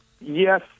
Yes